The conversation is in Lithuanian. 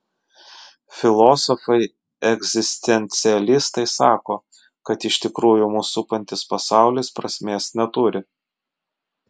filosofai egzistencialistai sako kad iš tikrųjų mus supantis pasaulis prasmės neturi